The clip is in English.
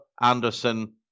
Anderson